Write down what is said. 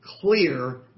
clear